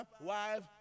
wife